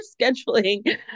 scheduling